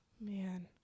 Man